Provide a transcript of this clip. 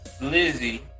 Lizzie